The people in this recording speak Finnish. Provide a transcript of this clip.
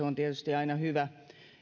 on tietysti aina hyvä